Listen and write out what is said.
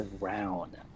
round